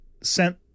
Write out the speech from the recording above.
sent